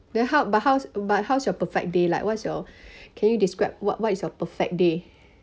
then how but how's but how's your perfect day like what's your can you describe what what is your perfect day